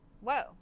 Whoa